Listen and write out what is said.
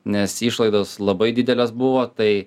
nes išlaidos labai didelės buvo tai